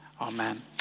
amen